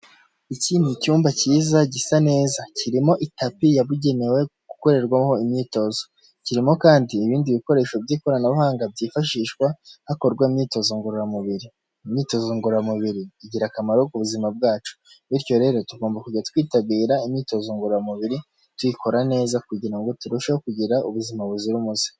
Iki ni icyumba cyiza, gisa neza, kirimo itapi yabugenewe gukorerwaho imyitozo. Kirimo kandi ibindi bikoresho by'ikoranabuhanga byifashishwa hakorwa imyitozo ngororamubiri. Imyitozo ngororamubiri igira akamaro ku buzima bwacu. Bityo rero tugomba kujya twitabira imyitozo ngororamubiri, tuyikora neza kugira ngo turusheho kugira ubuzima buzira umuze.